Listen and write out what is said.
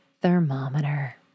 thermometer